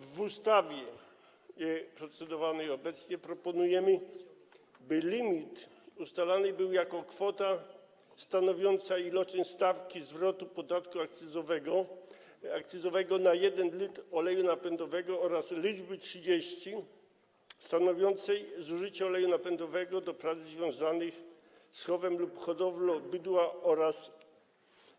W ustawie, nad którą procedujemy obecnie, proponujemy, by limit ustalany był jako kwota stanowiąca iloczyn stawki zwrotu podatku akcyzowego na 1 l oleju napędowego oraz liczby 30, stanowiącej wskaźnik zużycia oleju napędowego do prac związanych z chowem lub hodowlą bydła, oraz